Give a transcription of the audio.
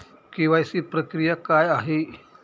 KYC प्रक्रिया काय आहे?